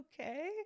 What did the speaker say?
okay